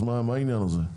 מה העניין הזה?